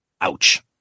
Ouch